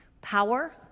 power